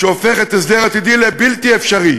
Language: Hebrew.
שהופכת הסדר עתידי לבלתי-אפשרי.